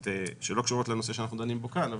שלא קשורות לנושא שאנחנו דנים בו כאן.